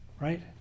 right